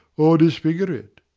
or disfigure it.